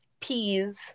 peas